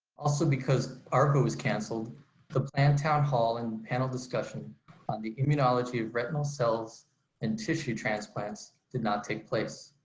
also because arvo was cancelled the planned town hall and panel discussion on the immunology of retinal cells and tissue transplants did not take place.